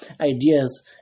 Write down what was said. ideas